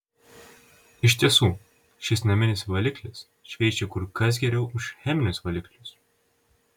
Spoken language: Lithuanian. iš tiesų šis naminis valiklis šveičia kur kas geriau už cheminius valiklius